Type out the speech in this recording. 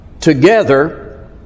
together